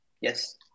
Yes